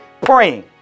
praying